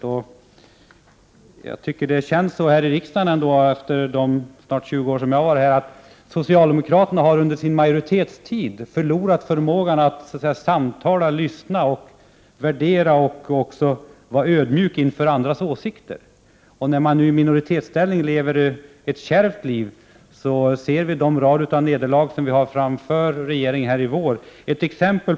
Under mina snart 20 år här i riksdagen har, som jag ser det, socialdemokra terna under sin majoritetstid förlorat förmågan att samtala, lyssna, värdera och vara ödmjuka inför andras åsikter. Nu befinner de sig i minoritet och får leva ett kärvt liv. Jag kan se framför mig den rad av nederlag som regeringen har framför sig denna vår.